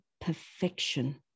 perfection